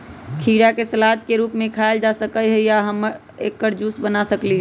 खीरा के सलाद के रूप में खायल जा सकलई ह आ हम एकर जूस बना सकली ह